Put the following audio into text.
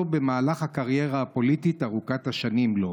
במהלך הקריירה הפוליטית ארוכת השנים שלו.